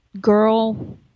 girl